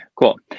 cool